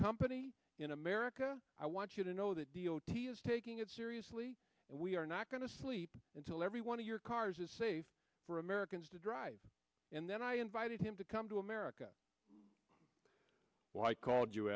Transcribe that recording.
company in america i want you to know that he is taking it seriously and we are not going to sleep until every one of your cars is safe for americans to drive and then i invited him to come to america why i called you